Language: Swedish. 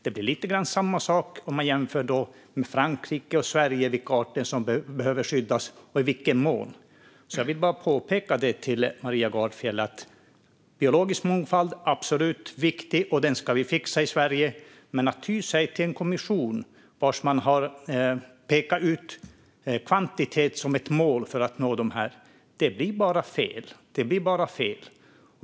Det blir lite samma sak om man jämför Frankrike och Sverige när det gäller vilka arter som behöver skyddas och i vilken mån. Jag vill bara påpeka det för Maria Gardfjell. Den biologiska mångfalden är absolut viktig, och den ska vi fixa i Sverige. Men att ty sig till en kommission där man har pekat ut kvantitet som ett mål för att nå detta blir bara fel.